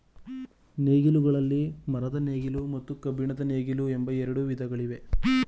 ನೇಗಿಲಿನಲ್ಲಿ ಮರದ ನೇಗಿಲು ಮತ್ತು ಕಬ್ಬಿಣದ ನೇಗಿಲು ಎಂಬ ಎರಡು ವಿಧಗಳಿವೆ